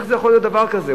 איך יכול להיות דבר כזה?